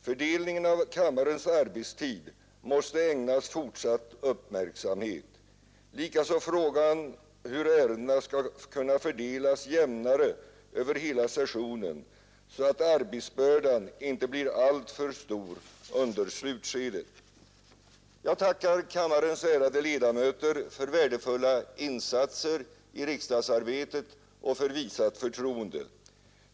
Fördelningen av kammarens arbetstid måste ägnas fortsatt uppmärksamhet, likaså frågan hur ärendena skall kunna fördelas jämnare över hela sessionen så att arbetsbördan inte blir alltför stor under slutskedet. Jag tackar kammarens ärade ledamöter för värdefulla insatser i riksdagsarbetet och för visat förtroende.